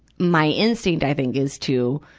my instinct i think is to,